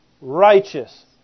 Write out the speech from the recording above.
righteous